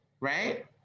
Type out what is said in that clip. right